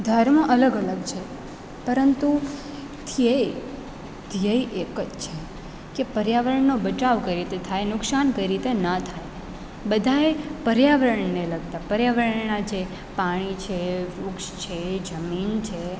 ધર્મ અલગ અલગ છે પરંતુ ધ્યેય ધ્યેય એક જ છે કે પર્યાવરણનો બચાવ કઈ રીતે થાય નુકસાન કઈ રીતે ન થાય બધાએ પર્યાવરણને લગતા પર્યાવરણનાં જે પાણી છે વૃક્ષ છે જમીન છે